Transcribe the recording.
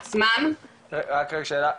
רק רגע שאלה,